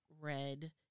red